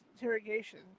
interrogation